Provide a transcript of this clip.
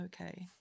okay